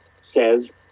says